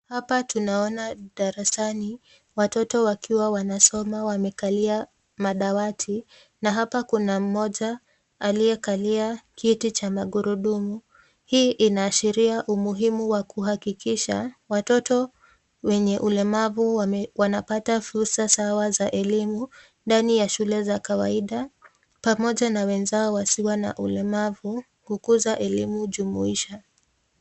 Hapa tunaona darasani watoto wakiwa wanasoma wamevalia madawati na hapa kuna mmoja